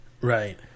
Right